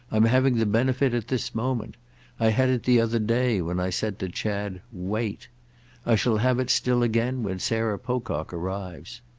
i'm having the benefit at this moment i had it the other day when i said to chad wait i shall have it still again when sarah pocock arrives.